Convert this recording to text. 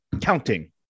Counting